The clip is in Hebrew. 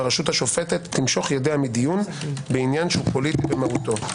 שהרשות השופטת תמשוך ידה מדיון בעניין שהוא פוליטי במהותו.